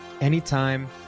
Anytime